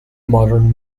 modern